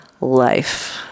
life